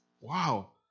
Wow